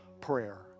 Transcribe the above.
prayer